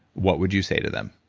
what would you say to them?